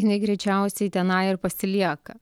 jinai greičiausiai tenai ir pasilieka